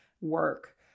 work